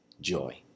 joy